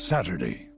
Saturday